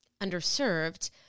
underserved